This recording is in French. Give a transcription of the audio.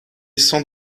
sans